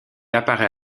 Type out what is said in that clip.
apparaît